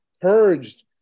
purged